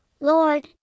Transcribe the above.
Lord